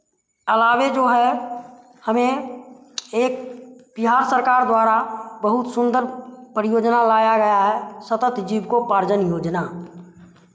आलावा जो है हमें एक बिहार सरकार द्वारा बहुत सुंदर परियोजना लाया गया है सतत जीविकापार्जन योजना